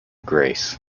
grace